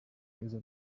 keza